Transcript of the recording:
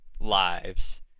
lives